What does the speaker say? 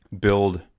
build